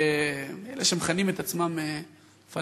אלה שמכנים את עצמם "פלסטינים".